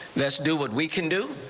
let's do what we can do.